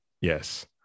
yes